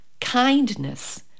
kindness